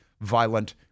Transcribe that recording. violent